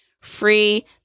Free